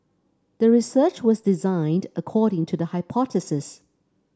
the research was designed according to the hypothesis